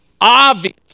obvious